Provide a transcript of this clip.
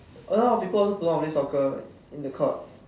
a lot of people also don't know how to play soccer in the court